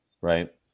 Right